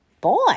Boy